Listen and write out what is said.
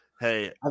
Hey